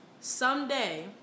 Someday